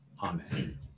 Amen